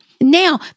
Now